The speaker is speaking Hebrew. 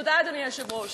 תודה, אדוני היושב-ראש.